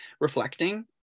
reflecting